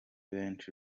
benshi